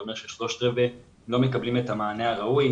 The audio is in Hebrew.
זה אומר ש-3/4 לא מקבלים את המענה הראוי